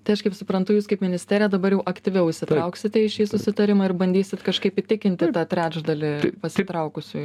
tai aš kaip suprantu jūs kaip ministerija dabar jau aktyviau įsitrauksite į šį susitarimą ir bandysit kažkaip įtikinti ir tą trečdalį pasitraukusiųjų